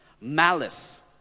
malice